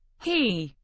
he,